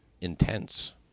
intense